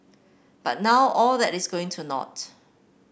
but now all that is going to naught